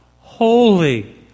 holy